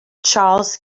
charles